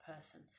person